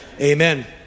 amen